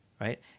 Right